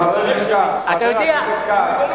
אחרי, חלק, חבר הכנסת כץ.